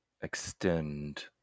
extend